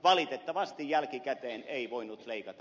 valitettavasti jälkikäteen ei voinut leikata